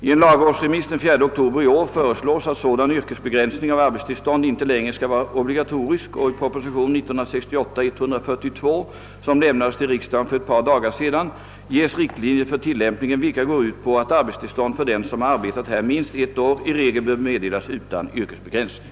I en lagrådsremiss den 4 oktober i år föreslås att sådan yrkesbegränsning av arbetstillstånd inte längre skall vara obligatorisk, och i proposition nr 142, som lämnades till riksdagen för ett par dagar sedan, ges riktlinjer för tillämpningen, vilka går ut på att arbetstillstånd för den som har arbetat här minst ett år i regel bör meddelas utan yrkesbegränsning.